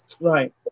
Right